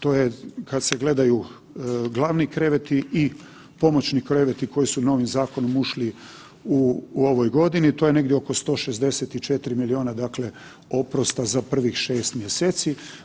To je kad se gledaju glavni kreveti i pomoćni kreveti koji su novim zakonom ušli u ovoj godini to je negdje oko 164 milijuna oprosta za prvih 6 mjeseci.